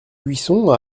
buisson